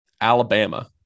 Alabama